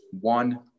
one